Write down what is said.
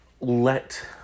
let